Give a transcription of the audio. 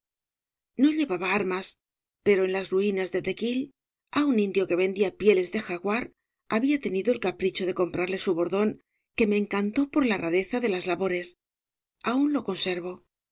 no llevaba armas pero en las ruinas de tequil á un indio que vendía pieles de jaguar había tenido el capricho de comprarle su bordón que me encantó por la rareza de las labores aún lo conservo